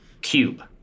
cube